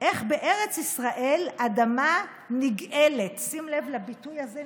/ איך בארץ ישראל / אדמה נגאלת:" שים לב לביטוי הזה,